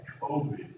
COVID